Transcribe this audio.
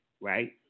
right